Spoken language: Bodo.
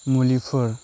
मुलिफोर